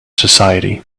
society